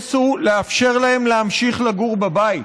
האינטרס הוא לאפשר להם להמשיך לגור בבית.